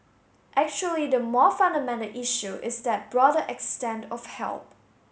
actually the more fundamental issue is that broader extent of help